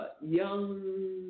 Young